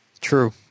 True